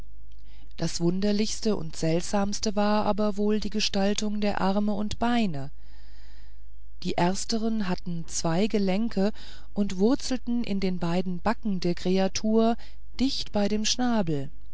das wunderlichste und seltsamste war aber wohl die gestaltung der arme und beine die ersteren hatten zwei gelenke und wurzelten in den beiden backen der kreatur dicht bei dem schnabel